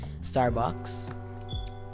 starbucks